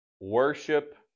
Worship